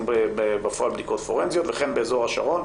בפועל בדיקות פורנזיות וכן באזור השרון.